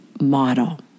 model